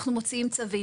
אנחנו מוציאים צווים,